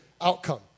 outcome